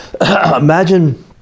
Imagine